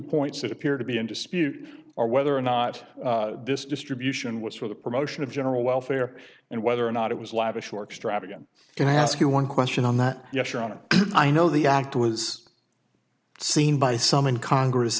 points that appear to be in dispute or whether or not this distribution was for the promotion of general welfare and whether or not it was lavish or extravagant can i ask you one question on that yes your honor i know the act was seen by some in congress